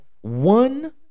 one